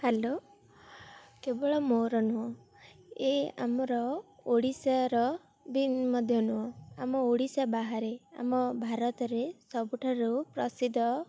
hello କେବଳ ମୋର ନୁହଁ ଏ ଆମର ଓଡ଼ିଶାର ବି ମଧ୍ୟ ନୁହଁ ଆମ ଓଡ଼ିଶା ବାହାରେ ଆମ ଭାରତରେ ସବୁଠାରୁ ପ୍ରସିଦ୍ଧ